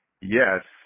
yes